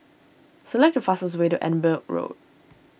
select the fastest way to Edinburgh Road